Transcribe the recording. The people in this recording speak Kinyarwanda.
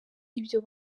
ibyo